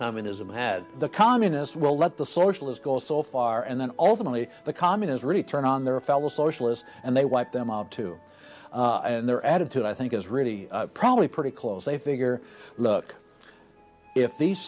communism had the communists well let the socialists go so far and then ultimately the communist return on their fellow socialist and they wipe them out too and their attitude i think is really probably pretty close they figure look if these